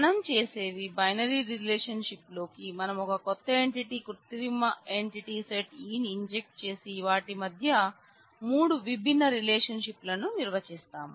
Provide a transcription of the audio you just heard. మనం చేసేవి బైనరీ రిలేషన్షిప్లలో కి మనం ఒక కొత్త ఎంటిటీ కృత్రిమ ఎంటిటీ సెట్ E ని ఇంజెక్ట్ చేసి వాటి మధ్య మూడు విభిన్న రిలేషన్షిప్ లను నిర్వచిస్తాం